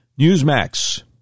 Newsmax